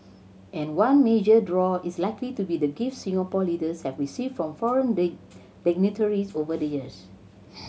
and one major draw is likely to be the gifts Singapore leaders have received from foreign dignitaries over the years